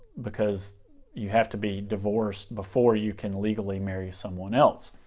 because you have to be divorced before you can legally marry someone else.